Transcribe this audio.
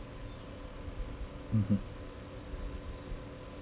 mmhmm